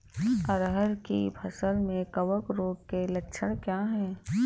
अरहर की फसल में कवक रोग के लक्षण क्या है?